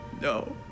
no